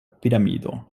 piramido